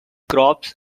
crops